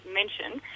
mentioned